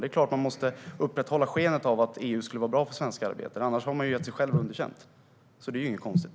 Det är klart att man måste upprätthålla skenet av att EU skulle vara bra för svenska arbetare, annars har man gett sig själv underkänt. Det är alltså ingenting konstigt.